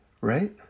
right